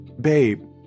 Babe